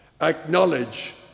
acknowledge